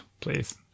please